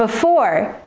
before,